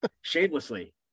shamelessly